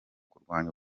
kurwanya